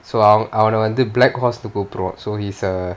so அவனை வந்து:avanai vanthu black horse னு கூப்புடுவோம்:nu koopuduvom so he's a